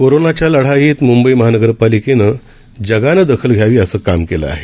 कोरोनाच्या लढाईत म्ंबई महानगरपालिकेनं जगानं दखल घ्यावी असं काम केलं आहे